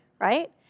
right